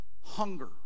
Hunger